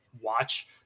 watch